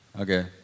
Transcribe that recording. Okay